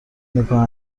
نگاه